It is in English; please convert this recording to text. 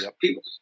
people